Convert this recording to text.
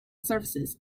surfaces